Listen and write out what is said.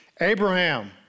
Abraham